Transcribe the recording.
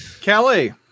Kelly